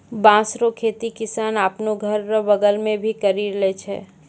बाँस रो खेती किसान आपनो घर रो बगल मे भी करि लै छै